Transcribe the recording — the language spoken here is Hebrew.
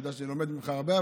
אתה יודע שאני לומד ממך הרבה,